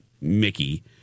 Mickey